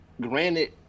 granted